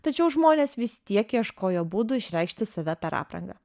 tačiau žmonės vis tiek ieškojo būdų išreikšti save per aprangą